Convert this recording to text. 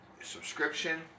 subscription